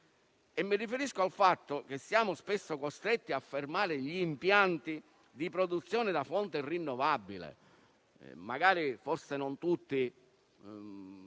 Mi riferisco al fatto che siamo spesso costretti a fermare gli impianti di produzione da fonte rinnovabile; forse non tutti